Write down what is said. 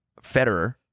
Federer